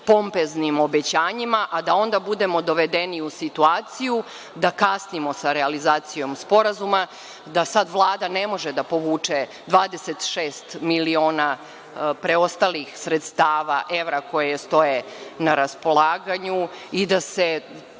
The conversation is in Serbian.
pompeznim obećanjima, a da onda budemo dovedeni u situaciju da kasnimo sa realizacijom sporazuma, da sada Vlada ne može da povuče 26 miliona preostalih sredstava, evra koje joj stoje na raspolaganju i da